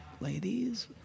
Ladies